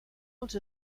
els